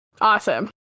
Awesome